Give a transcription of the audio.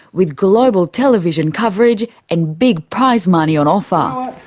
with global television coverage and big prize money on offer.